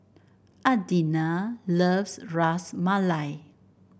Adina loves Ras Malai